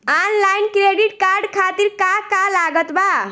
Online credit card खातिर का का लागत बा?